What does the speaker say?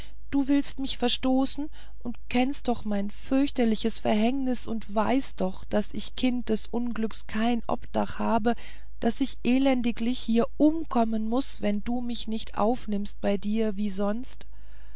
du willst mich verstoßen und kennst doch mein fürchterliches verhängnis und weißt doch daß ich kind des unglücks kein obdach habe daß ich elendiglich hier umkommen muß wenn du mich nicht aufnimmst bei dir wie sonst